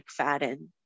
McFadden